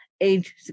age